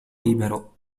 libero